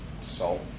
Salt